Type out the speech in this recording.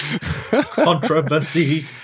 Controversy